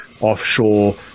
offshore